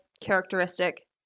characteristic